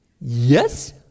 Yes